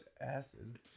acid